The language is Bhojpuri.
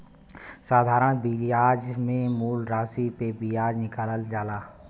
साधारण बियाज मे मूल रासी पे बियाज निकालल जाला